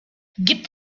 gibt